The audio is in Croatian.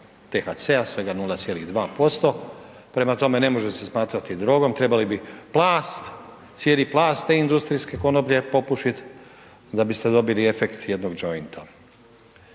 THC-a svega 0,2% prema tome, ne može se smatrati drogom, trebali bi plast, cijeli plast te industrijske konoplje opušit da biste dobili efekt jednog džointa.